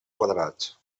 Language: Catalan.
quadrats